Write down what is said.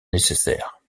nécessaire